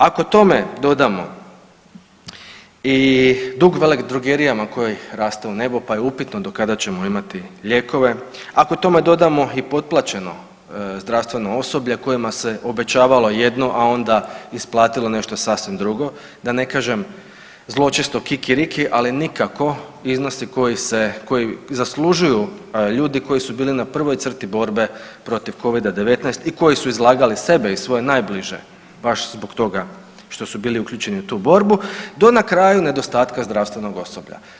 Ako tome dodamo i dug veledrogerijama koji raste u nebo pa je upitno do kada ćemo imati lijekove, ako tome dodamo i potplaćeno zdravstveno osoblje kojima se obećavalo jedno, a onda isplatilo nešto sasvim drugo, da ne kažem zločesto kikiriki, ali nikako iznosi koji zaslužuju ljudi koji su bili na prvoj crti borbe protiv covida -19 i koji su izlagali sebe i svoje najbliže baš zbog toga što su bili uključeni u tu borbu do na kraju nedostatka zdravstvenog osoblja.